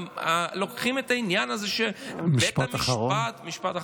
לוקחים את העניין הזה שבית המשפט, משפט אחרון.